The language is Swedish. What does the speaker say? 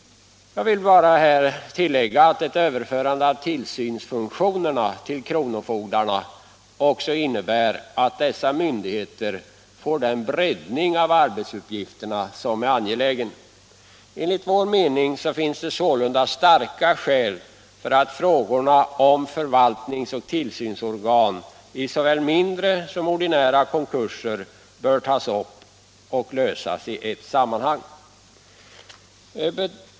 Jag vill här bara tillägga att ett överförande av tillsynsfunktionerna till kronofogdarna också innebär att dessa myndigheter får den beredning av arbetsuppgifterna som är angelägen. Enligt vår mening finns det sålunda starka skäl för att frågorna om förvaltnings och tillsynsorgan i såväl mindre som ordinära konkurser bör tas upp och lösas i ett sammanhang.